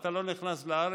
אתה לא נכנס לארץ,